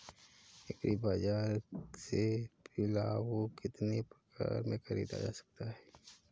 Agree बाजार से पिलाऊ कितनी रुपये में ख़रीदा जा सकता है?